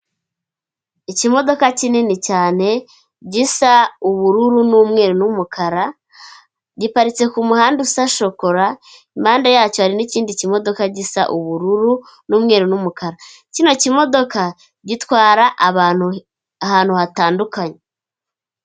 Ikimodoka kinini cyane gisa ubururu n'umweru n'umukara, giparitse ku muhanda usa shokora, impande yacyo hari n'ikindi kimodoka gisa ubururu n'umweru n'umukara. Kino kimodoka gitwara abantu ahantu hatandukanye.